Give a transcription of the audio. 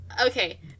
Okay